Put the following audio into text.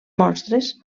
monstres